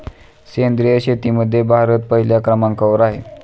सेंद्रिय शेतीमध्ये भारत पहिल्या क्रमांकावर आहे